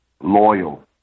loyal